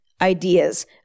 ideas